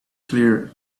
clear